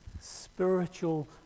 spiritual